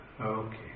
Okay